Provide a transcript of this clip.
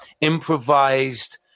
improvised